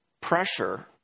pressure